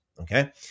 okay